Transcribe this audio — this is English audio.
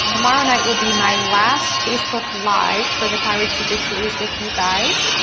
tomorrow night will be my last facebook live for the thyroid secret series with you guys.